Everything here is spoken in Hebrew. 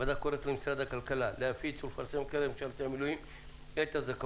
אני אומר במילה אחת שלא ישתמע